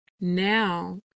Now